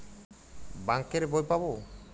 Bank এর বই পাবো?